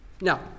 Now